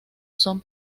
son